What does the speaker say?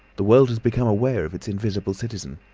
the world has become aware of its invisible citizen.